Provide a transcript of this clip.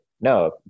no